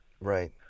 Right